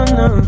no